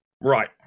Right